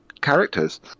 characters